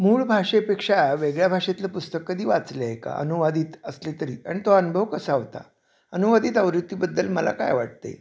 मूळ भाषेपेक्षा वेगळ्या भाषेतलं पुस्तक कधी वाचले आहे का अनुवादित असले तरी आणि तो अनुभव कसा होता अनुवादित आवृत्तीबद्दल मला काय वाटत आहे